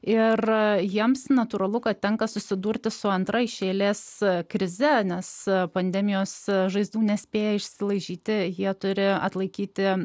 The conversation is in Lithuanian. ir jiems natūralu kad tenka susidurti su antra iš eilės es krize nes pandemijos žaizdų nespėjo išsilaižyti jie turėjo atlaikyti